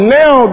now